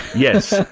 yes.